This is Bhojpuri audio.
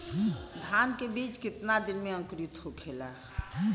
धान के बिज कितना दिन में अंकुरित होखेला?